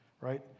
right